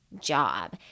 job